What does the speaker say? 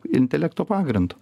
intelekto pagrindu